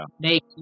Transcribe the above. make